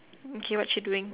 okay what's she doing